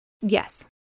Yes